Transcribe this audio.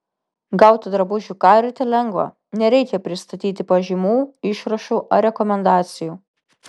gauti drabužių carite lengva nereikia pristatyti pažymų išrašų ar rekomendacijų